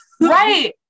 right